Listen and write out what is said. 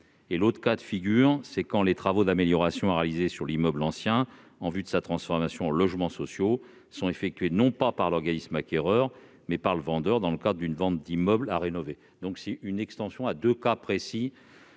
; d'autre part, lorsque les travaux d'amélioration à réaliser sur l'immeuble ancien en vue de sa transformation en logements sociaux sont effectués, non pas par l'organisme acquéreur, mais par le vendeur dans le cadre d'une vente d'immeuble à rénover. L'amendement n° I-28, présenté